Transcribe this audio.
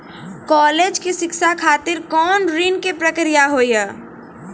College के शिक्षा खातिर कौन ऋण के प्रक्रिया हुई?